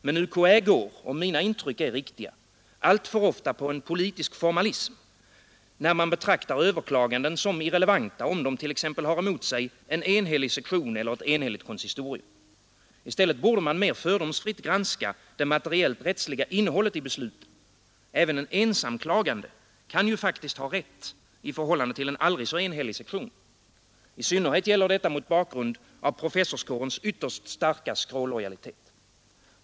Men UKÄ går, om mina intryck är riktiga, alltför ofta på en politisk formalism, när man betraktar överklaganden som irrelevanta om de t.ex. har emot sig en enhällig sektion eller ett enhälligt konsistorium. I stället borde man mer fördomsfritt granska det materiellt-rättsliga innehållet i besluten. Även en ensam klagande kan faktiskt ha rätt i förhållande till en aldrig så enhällig sektion. I synnerhet gäller detta mot bakgrund av professorskårens ytterst starka skrålojalitet.